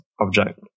object